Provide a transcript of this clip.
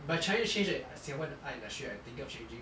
by trying to change the singapore art industry I thinking of changing